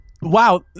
Wow